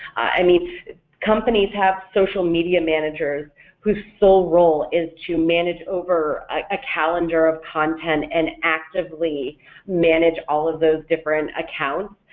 i mean companies have social media managers whose sole role is to manage over a calendar of and actively manage all of those different accounts,